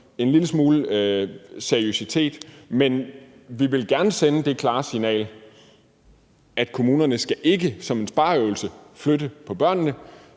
en lille smule seriøsitet. Men vi vil gerne sende det klare signal, at kommunerne ikke skal flytte på børnene